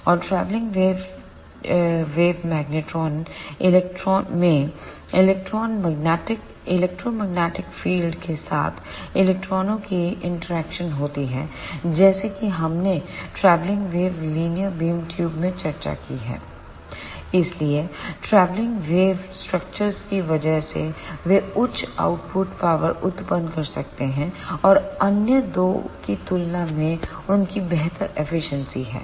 और travelling wave magnetron WAVE में electro magnetic field के साथ इलेक्ट्रॉनों की इंटरेक्शन होती है जैसा कि हमने ट्रैवललिंग वेव लीनियर बीम ट्यूबों में चर्चा की है इसलिए ट्रैवलिंग वेव स्ट्रक्चर्स की वजह से वे उच्च आउटपुट पावर उत्पन्न कर सकते हैं और अन्य दो की तुलना में उनकी बेहतर एफिशिएंसी है